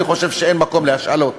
אני חושב שאין מקום להשאלות.